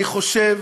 אני חושב